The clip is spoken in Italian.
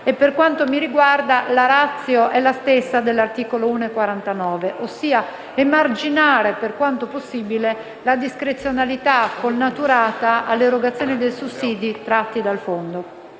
Per quanto mi riguarda, la *ratio* è la stessa dell'emendamento 1.49: emarginare, per quanto possibile, la discrezionalità connaturata all'erogazione dei sussidi tratti dal fondo,